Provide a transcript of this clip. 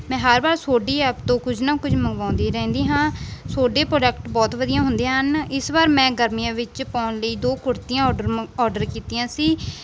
ਮੈਂ ਹਰ ਵਾਰ ਤੁਹਾਡੀ ਐਪ ਤੋਂ ਕੁਝ ਨਾ ਕੁਝ ਮੰਗਵਾਉਂਦੀ ਰਹਿੰਦੀ ਹਾਂ ਤੁਹਾਡੇ ਪ੍ਰੋਡਕਟ ਬਹੁਤ ਵਧੀਆ ਹੁੰਦੇ ਹਨ ਇਸ ਵਾਰ ਮੈਂ ਗਰਮੀਆਂ ਵਿੱਚ ਪਾਉਣ ਲਈ ਦੋ ਕੁੜਤੀਆਂ ਆਰਡਰ ਮੰ ਆਰਡਰ ਕੀਤੀਆਂ ਸੀ